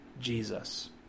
Jesus